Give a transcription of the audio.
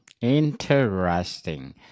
Interesting